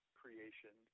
creation